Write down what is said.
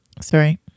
sorry